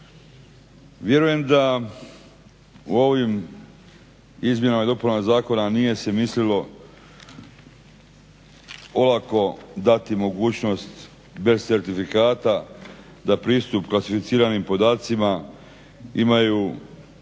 Vjerujem da u ovim izmjenama i dopunama zakona nije se mislilo olako dati mogućnost bez certifikata za pristup klasificiranim podacima imaju